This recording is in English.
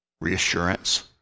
reassurance